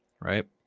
right